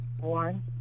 one